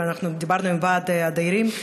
ואנחנו דיברנו עם ועד הדיירים,